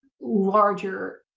larger